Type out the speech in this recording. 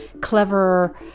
clever